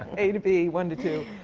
a to b, one to two.